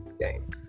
game